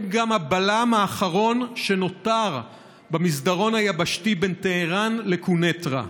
הם גם הבלם האחרון שנותר במסדרון היבשתי בין טהרן לקונטרה,